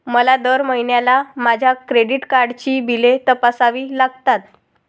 मला दर महिन्याला माझ्या क्रेडिट कार्डची बिले तपासावी लागतात